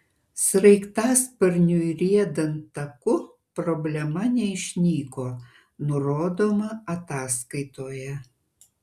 sraigtasparniui riedant taku problema neišnyko nurodoma ataskaitoje